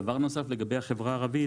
דבר נוסף, לגבי החברה הערבית.